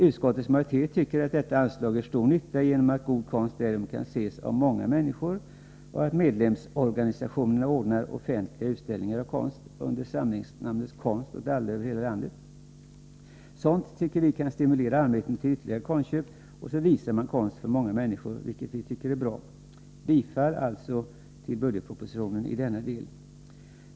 Utskottets majoritet tycker att detta anslag gör stor nytta, då det möjliggör att god konst kan ses av många människor genom att medlemsorganisationerna ordnar offentliga utställningar av konst under samlingsnamnet ”Konst åt alla” över hela landet. Man visar konst för många människor, vilket är bra. Vi tycker att sådant kan stimulera allmänheten till ytterligare konstköp. Utskottet föreslår alltså bifall tillbudgetpropositionen i denna del.